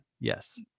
yes